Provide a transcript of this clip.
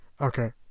Okay